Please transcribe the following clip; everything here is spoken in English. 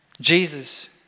Jesus